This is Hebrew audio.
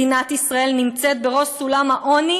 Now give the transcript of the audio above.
מדינת ישראל נמצאת בראש סולם העוני